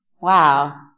Wow